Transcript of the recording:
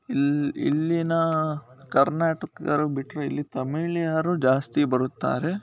ಇಲ್ಲಿ ಇಲ್ಲಿನ ಕರ್ನಾಟಕರು ಬಿಟ್ಟರೆ ಇಲ್ಲಿ ತಮಿಳಿಗರು ಜಾಸ್ತಿ ಬರುತ್ತಾರೆ